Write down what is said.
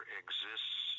exists